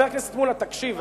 קודם